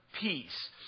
peace